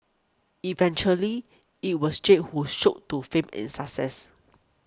eventually it was Jake who shot to fame and success